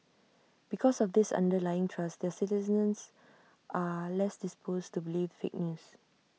because of this underlying trust their citizens are less disposed to believe fake news